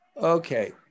Okay